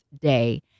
day